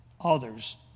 others